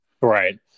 right